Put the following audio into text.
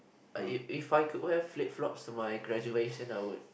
if if I could wear flipflops for my graduation I would